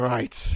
Right